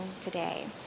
today